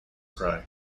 cry